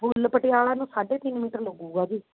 ਫੁੱਲ ਪਟਿਆਲਾ ਨੂੰ ਸਾਢੇ ਤਿੰਨ ਮੀਟਰ ਲੱਗੂਗਾ ਜੀ